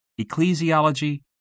ecclesiology